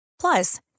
Plus